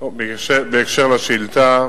בהקשר לשאילתא,